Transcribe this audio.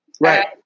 Right